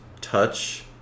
touch